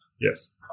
Yes